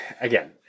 again